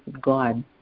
God